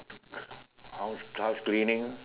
house house cleaning